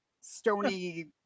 stony